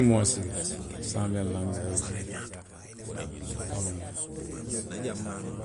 saŋ weŋ langi, a ye wo sii le.